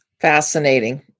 Fascinating